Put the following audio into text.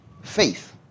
faith